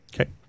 Okay